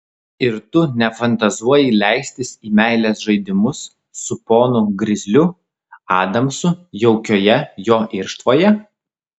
ir tu nefantazuoji leistis į meilės žaidimus su ponu grizliu adamsu jaukioje jo irštvoje